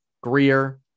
Greer